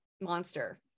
monster